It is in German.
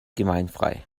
gemeinfrei